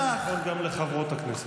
זה נכון גם לחברות הכנסת.